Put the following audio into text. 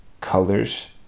colors